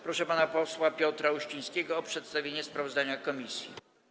Proszę pana posła Piotra Uścińskiego o przedstawienie sprawozdania komisji.